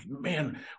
man